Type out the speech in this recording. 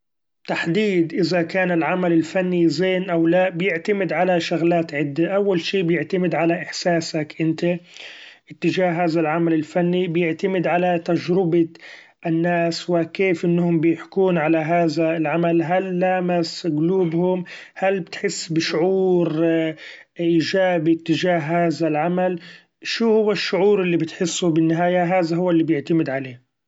تحديد إذا كان العمل الفني زين أو لا بيعتمد علي شغلات عدة أول شي بيعتمد علي احساسك أنت تجاه هذا العمل الفني ، بيعتمد علي تجربة الناس و كيف أنهم بيحكون علي هذا العمل هل لامس قلوبهم هل بتحس بشعور ايجابي تجاه هذا العمل ، شو هو الشعور اللي بتحسه بالنهاية هذا هو اللي بعتمد عليه.